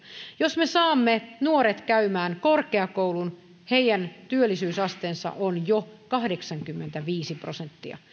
jos me saamme nuoret käymään korkeakoulun heidän työllisyysasteensa on jo kahdeksankymmentäviisi prosenttia